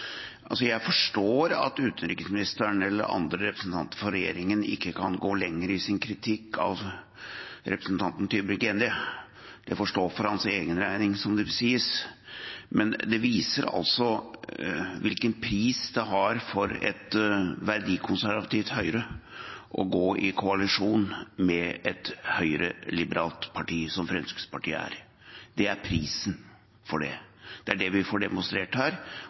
Jeg forstår at utenriksministeren eller andre representanter for regjeringen ikke kan gå lenger i sin kritikk av representanten Tybring-Gjedde. Det får stå for hans egen regning, som det sies. Men det viser altså hvilken pris det har for et verdikonservativt Høyre å gå i koalisjon med et høyreliberalt parti som Fremskrittspartiet er. Det er prisen for det. Det er det vi får demonstrert her,